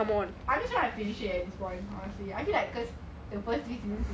I just want to finish it eh at this point honestly I feel like cause the first three seasons